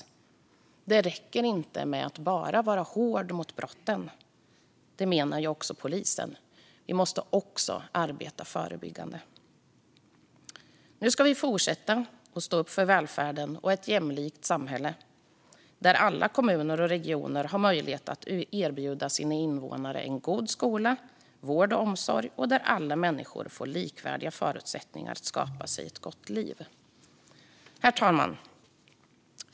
Det räcker ju inte att bara vara hård mot brotten - det menar också polisen. Vi måste också arbeta förebyggande. Nu ska vi fortsätta att stå upp för välfärden och ett jämlikt samhälle där alla kommuner och regioner har möjlighet att erbjuda sina invånare en god skola och vård och omsorg och där alla människor får likvärdiga förutsättningar att skapa sig ett gott liv. Herr talman!